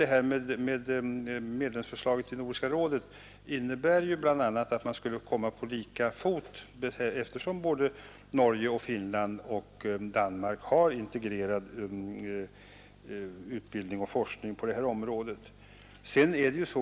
Det här medlemsförslaget till Nordiska rådet innebär bl.a. att vi skulle komma på lika fot, eftersom Norge, Finland och Danmark har integrerat utbildning och forskning på det här området.